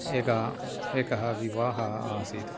एकः एकः विवाहः आसीत्